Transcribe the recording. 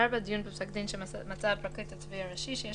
דיון בפסק דין שמצא הפרקליט הצבאי הראשי שיש